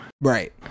Right